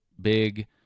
big